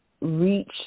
reach